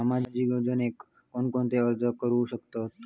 सामाजिक योजनेक कोण कोण अर्ज करू शकतत?